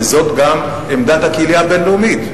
וזאת גם עמדת הקהילה הבין-לאומית,